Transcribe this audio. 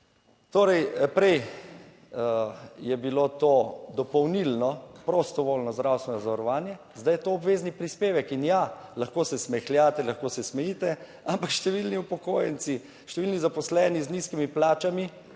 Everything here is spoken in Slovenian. Torej, prej je bilo to dopolnilno prostovoljno zdravstveno zavarovanje, zdaj je to obvezni prispevek. In ja, lahko se smehljate, lahko se smejite, ampak številni upokojenci, številni zaposleni z nizkimi plačami